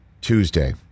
Tuesday